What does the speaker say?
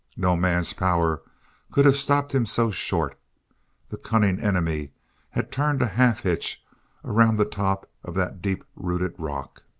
no man's power could have stopped him so short the cunning enemy had turned a half-hitch around the top of that deep-rooted rock.